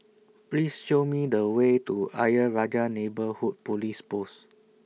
Please Show Me The Way to Ayer Rajah Neighbourhood Police Post